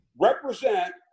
represent